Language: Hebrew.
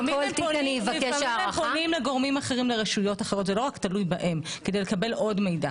לפעמים הם פונים לגורמים נוספים ורשויות נוספות כדי לקבל עוד מידע,